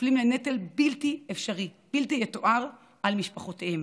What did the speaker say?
נופלים כנטל בלתי אפשרי ובלתי יתואר על משפחותיהם